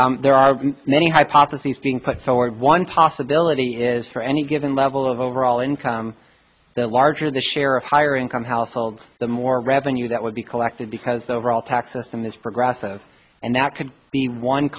there are many hypotheses being put forward one possibility is for any given level of overall income the larger the share of higher income households the more revenue that would be collected because the overall tax system is progressive and that could be one